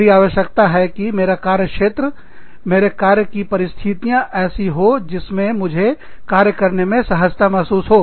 मेरी आवश्यकता है कि मेरा कार्य क्षेत्र मेरे कार्य की परिस्थितियां ऐसी हो जिसमें मुझे कार्य करने में सहजता महसूस हो